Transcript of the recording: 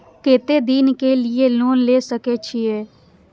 केते दिन के लिए लोन ले सके छिए?